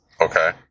Okay